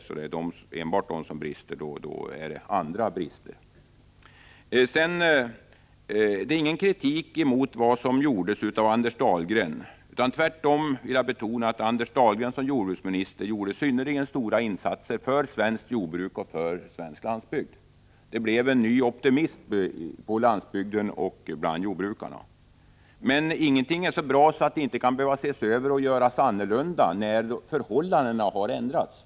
Om det är enbart dessa som är otillräckliga, då är det fråga om andra brister. Jag riktar inte någon kritik mot vad Anders Dahlgren gjorde. Tvärtom vill jag betona att Anders Dahlgren som jordbruksminister gjorde synnerligen stora insatser för svenskt jordbruk och för svensk landsbygd. Det blev en ny optimism på landsbygden och bland jordbrukarna. Men ingenting är så bra att det inte kan behöva ses över och göras annorlunda när förhållandena har ändrats.